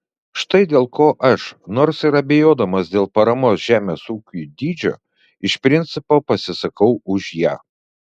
štai dėl ko aš nors ir abejodamas dėl paramos žemės ūkiui dydžio iš principo pasisakau už ją